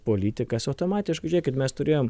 politikas automatiškai žiūrėkit mes turėjom